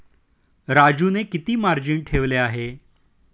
राजूने किती मार्जिन ठेवले आहे?